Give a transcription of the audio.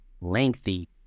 lengthy